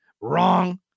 Wrong